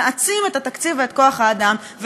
נעצים את התקציב ואת כוח-האדם,